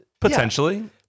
Potentially